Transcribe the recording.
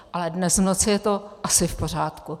Ale dnes v noci je to asi v pořádku.